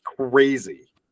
crazy